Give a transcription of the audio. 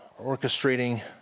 orchestrating